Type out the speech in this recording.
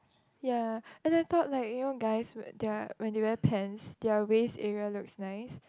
ya and I thought like you know guys their when they wear pants their was it area looks nice